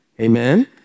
Amen